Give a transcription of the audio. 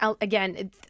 again